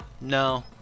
No